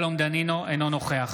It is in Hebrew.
אינו נוכח